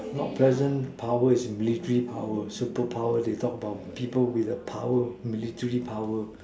not present power is military power superpower they talk about people with the power military power